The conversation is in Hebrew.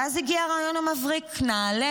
ואז הגיע הרעיון המבריק: נעלה